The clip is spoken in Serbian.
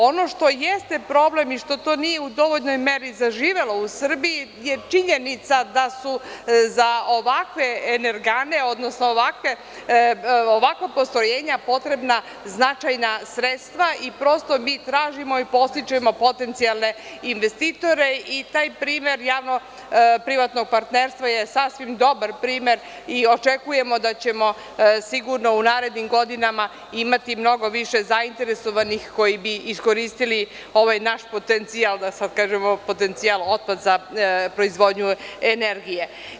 Ono što jeste problem i što to nije u dovoljnoj meri zaživelo u Srbije je činjenica da su za ovakve energane, odnosno ovakva postrojenja potrebna značajna sredstva i tražimo i podstičemo potencijalne investitore i taj primer javno privatnog partnerstva je sasvim dobar primer i očekujemo da ćemo sigurno u narednim godinama imati mnogo više zainteresovanih koji bi iskoristili ovaj naš potencijal – otpad za proizvodnju energije.